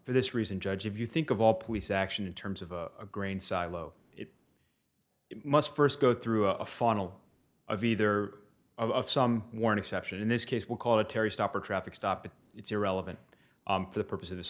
for this reason judge if you think of all police action in terms of a grain silo it must first go through a funnel of either of some worn exception in this case we'll call it terry stop or traffic stop but it's irrelevant for the purpose of this